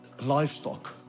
livestock